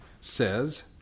says